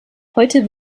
heute